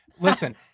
Listen